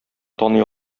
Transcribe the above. таный